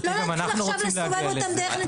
לא להתחיל עכשיו לסובב אותם דרך נציבות שירות המדינה.